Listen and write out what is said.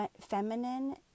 feminine